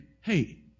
Hey